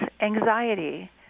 anxiety